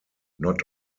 not